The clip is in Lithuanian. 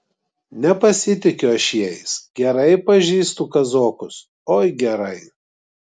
nepasitikiu aš jais gerai pažįstu kazokus oi gerai